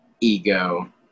ego